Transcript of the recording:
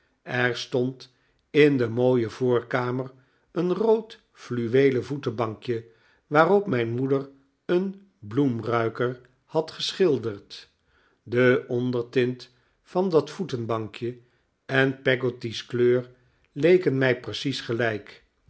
er stond in de mooie voorkamer een rood fluweelen voetenbankje waarop mijn moeder een bloemruiker had geschilderd de ondertint van dat voetenbankje en peggotty's kleur leken mij precies gelijk